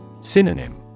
Synonym